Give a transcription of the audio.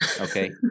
Okay